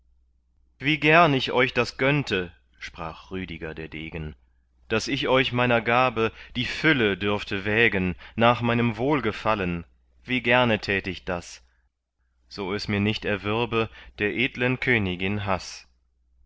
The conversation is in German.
wie gern ich euch das gönnte sprach rüdiger der degen daß ich euch meiner gabe die fülle dürfte wägen nach meinem wohlgefallen wie gerne tät ich das so es mir nicht erwürbe der edlen königin haß